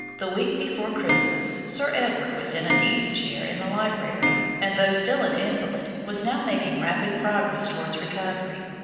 the week before christmas sir edward was in an easy chair in the library, and, though still an invalid, was now making rapid progress towards recovery.